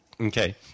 okay